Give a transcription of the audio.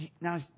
Now